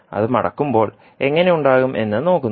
അത് മടക്കുമ്പോൾ എങ്ങനെ ഉണ്ടാകും എന്ന് നോക്കുന്നു